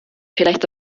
vielleicht